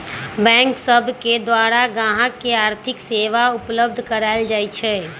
bank सब के द्वारा गाहक के आर्थिक सेवा उपलब्ध कराएल जाइ छइ